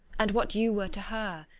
and what you were to her.